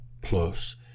plus